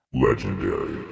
legendary